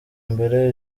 mbere